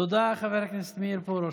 תודה, חבר הכנסת מאיר פרוש.